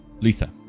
Luther